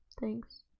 Thanks